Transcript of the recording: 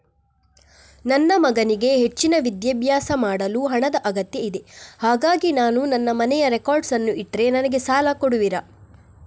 ನನ್ನ ಮಗನಿಗೆ ಹೆಚ್ಚಿನ ವಿದ್ಯಾಭ್ಯಾಸ ಮಾಡಲು ಹಣದ ಅಗತ್ಯ ಇದೆ ಹಾಗಾಗಿ ನಾನು ನನ್ನ ಮನೆಯ ರೆಕಾರ್ಡ್ಸ್ ಅನ್ನು ಇಟ್ರೆ ನನಗೆ ಸಾಲ ಕೊಡುವಿರಾ?